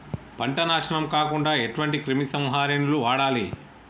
పంట నాశనం కాకుండా ఎటువంటి క్రిమి సంహారిణిలు వాడాలి?